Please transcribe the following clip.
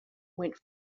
went